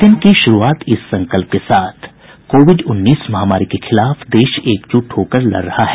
bulletin की शुरूआत इस संकल्प के साथ कोविड उन्नीस महामारी के खिलाफ देश एकजुट होकर लड़ रहा है